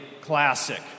classic